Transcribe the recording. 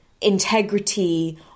integrity